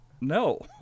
no